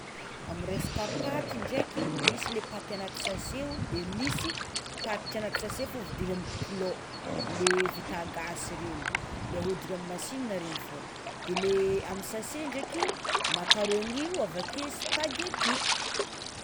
Amy resaka paty ndraiky misy le paty agnaty sase o de misy paty tsy anaty sase fa vidina amy kilao le vita gasy regny, le ahodigny amy masinina regny fogna, de le amy sase ndraikyt macaroni io avekeo spaghetti.